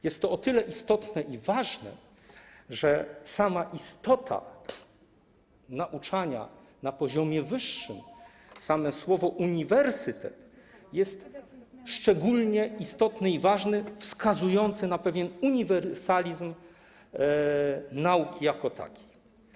Jest to o tyle istotne i ważne, że sama istota nauczania na poziomie wyższym i samo słowo „uniwersytet” są szczególnie istotne, ważne i wskazują na pewien uniwersalizm nauki jako takiej.